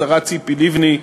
השרה ציפי לבני,